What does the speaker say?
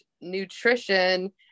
nutrition